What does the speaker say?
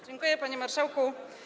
Dziękuję, panie marszałku.